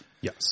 yes